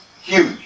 Huge